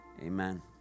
Amen